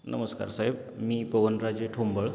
नमस्कार साहेब मी पवनराजे थोंबळ